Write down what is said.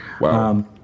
Wow